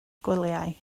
gwyliau